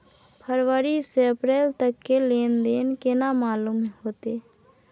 फरवरी से अप्रैल तक के लेन देन केना मालूम होते?